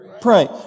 pray